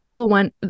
one